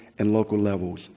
and local levels